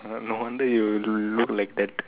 ah no wonder you look like that